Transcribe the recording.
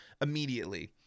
immediately